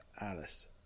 Alice